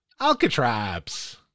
Alcatraps